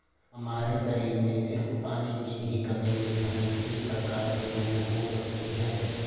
हमारे शरीर में सिर्फ पानी की ही कमी से हमे कई प्रकार के रोग हो सकते है